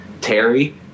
Terry